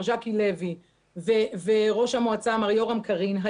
מר ג'קי לוי וראש המועצה מר יורם קרין,